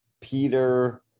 Peter